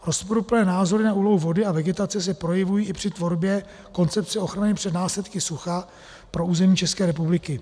Rozporuplné názory na úlohu vody a vegetace se projevují i při tvorbě koncepce ochrany před následky sucha pro území České republiky.